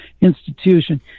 institution